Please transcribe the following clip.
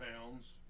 pounds